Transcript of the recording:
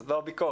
זו לא ביקורת,